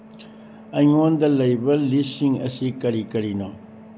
ꯑꯩꯉꯣꯟꯗ ꯂꯩꯕ ꯂꯤꯁꯁꯤꯡ ꯑꯁꯤ ꯀꯔꯤ ꯀꯔꯤꯅꯣ